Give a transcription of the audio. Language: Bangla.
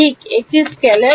ঠিক একটি স্কেলার